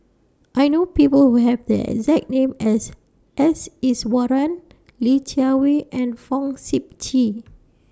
I know People Who Have The exact name as S Iswaran Li Jiawei and Fong Sip Chee